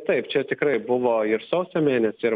taip čia tikrai buvo ir sausio mėnesį ir